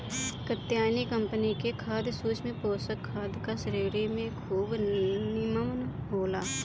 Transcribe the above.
Katyayani company के खाद सूक्ष्म पोषक खाद का श्रेणी में खूब निमन होला